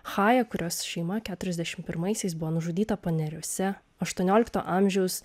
chaja kurios šeima keturiasdešimt pirmaisiais buvo nužudyta paneriuose aštuoniolikto amžiaus